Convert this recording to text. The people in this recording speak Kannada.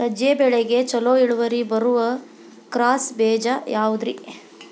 ಸಜ್ಜೆ ಬೆಳೆಗೆ ಛಲೋ ಇಳುವರಿ ಬರುವ ಕ್ರಾಸ್ ಬೇಜ ಯಾವುದ್ರಿ?